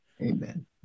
Amen